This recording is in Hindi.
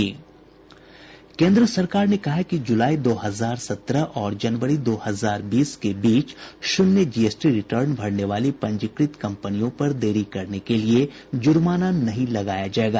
केन्द्र सरकार ने कहा है कि जुलाई दो हजार सत्रह और जनवरी दो हजार बीस के बीच शून्य जीएसटी रिटर्न भरने वाली पंजीकृत कंपनियों पर देरी करने के लिए जुर्माना नहीं लगाया जाएगा